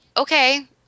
okay